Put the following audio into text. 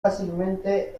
fácilmente